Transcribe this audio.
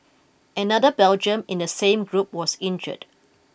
another Belgian in the same group was injured